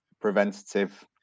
preventative